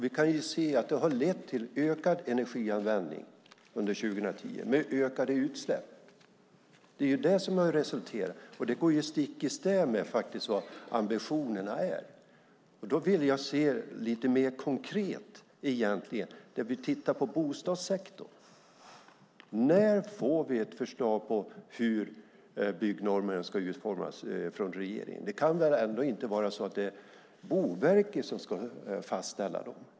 Vi kan se att den har lett till ökad energianvändning under 2010 med ökade utsläpp. Det är det som är resultatet. Det går stick i stäv med vad ambitionerna är. Jag vill se på detta lite mer konkret. Vi tittar på bostadssektorn. När får vi ett förslag från regeringen på hur byggnormerna ska utformas? Det kan väl ändå inte vara Boverket som ska fastställa dem?